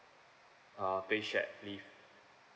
uh pay shared leave